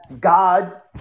God